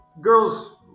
girls